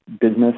business